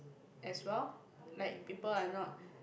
as well like people are not